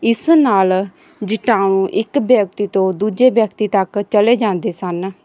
ਇਸ ਨਾਲ ਜੀਵਾਣੂ ਇੱਕ ਵਿਅਕਤੀ ਤੋਂ ਦੂਜੇ ਵਿਅਕਤੀ ਤੱਕ ਚਲੇ ਜਾਂਦੇ ਸਨ